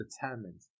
determined